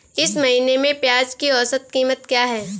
इस महीने में प्याज की औसत कीमत क्या है?